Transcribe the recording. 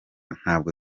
ntabwo